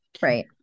right